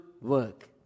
work